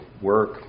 work